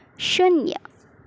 શૂન્ય